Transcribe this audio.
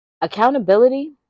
accountability